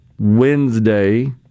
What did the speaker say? Wednesday